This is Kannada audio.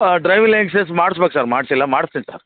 ಆ ಡ್ರೈವಿಂಗ್ ಲೈಸೆನ್ಸ್ ಮಾಡ್ಸ್ಬೇಕು ಸರ್ ಮಾಡಿಸಿಲ್ಲ ಮಾಡ್ಸ್ತಿನಿ ಸರ್